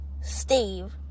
Steve